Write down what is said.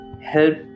help